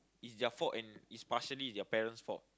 is their fault and it's partially their parents' fault